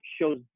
shows